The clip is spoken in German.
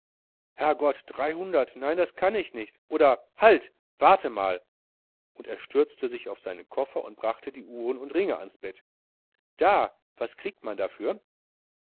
herrgott dreihundert nein das kann ich nicht oder halt warte mal und er stürzte sich auf seinen koffer und brachte die uhren und ringe ans bett da was kriegt man dafür